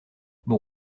bon